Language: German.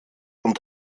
und